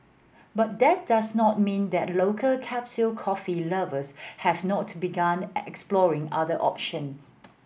but that does not mean that local capsule coffee lovers have not begun exploring other options